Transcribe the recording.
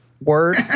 word